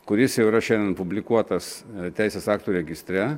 kuris jau yra šiandien publikuotas teisės aktų registre